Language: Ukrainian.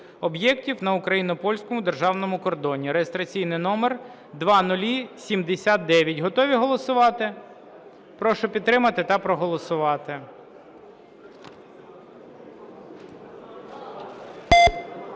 на українсько-польському державному кордоні (реєстраційний номер 0079). Готові голосувати? Прошу підтримати та проголосувати.